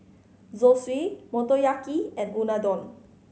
Zosui Motoyaki and Unadon